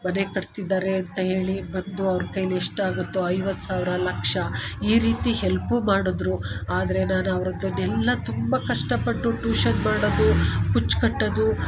ಮನೆ ಕಟ್ತಿದ್ದಾರೆ ಅಂತ ಹೇಳಿ ಬಂದು ಅವರ ಕೈಯಲ್ಲಿ ಎಷ್ಟಾಗುತ್ತೋ ಐವತ್ತು ಸಾವಿರ ಲಕ್ಷ ಈ ರೀತಿ ಹೆಲ್ಪು ಮಾಡಿದ್ರು ಆದರೆ ನಾನು ಅವರದನೆಲ್ಲಾ ತುಂಬ ಕಷ್ಟ ಪಟ್ಟು ಟ್ಯೂಷನ್ ಮಾಡೋದು ಕುಚ್ಚು ಕಟ್ಟೋದು